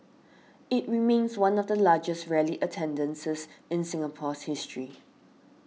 it remains one of the largest rally attendances in Singapore's history